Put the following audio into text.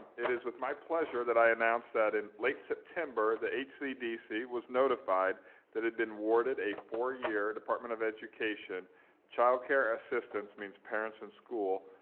it is with my pleasure that i announce that in late september, the hcdc was notified that it had been awarded a four-year department of education childcare assistance, means parents and school,